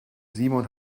simon